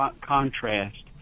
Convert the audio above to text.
contrast